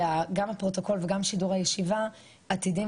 גם הפרוטוקול וגם שידורי הישיבה עתידים